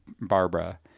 Barbara